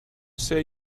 say